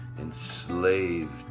enslaved